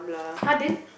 !huh! then